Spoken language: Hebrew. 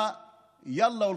לקחו את זה ואמרו בסדרין,